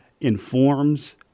informs